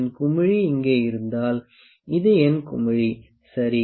என் குமிழி இங்கே இருந்தால் இது என் குமிழி சரி